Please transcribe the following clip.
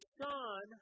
son